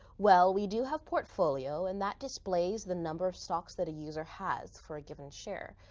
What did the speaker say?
well we do have portfolio, and that displays the number of stocks that a user has for a given share.